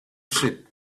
ship